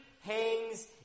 hangs